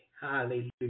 Hallelujah